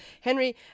Henry